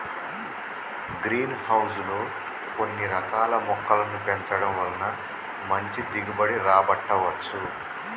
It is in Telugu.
గ్రీన్ హౌస్ లో కొన్ని రకాల మొక్కలను పెంచడం వలన మంచి దిగుబడి రాబట్టవచ్చు